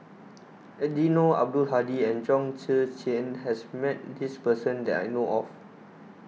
Eddino Abdul Hadi and Chong Tze Chien has met this person that I know of